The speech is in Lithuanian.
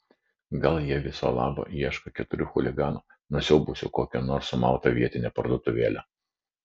gal jie viso labo ieško keturių chuliganų nusiaubusių kokią nors sumautą vietinę parduotuvėlę